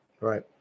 right